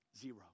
zero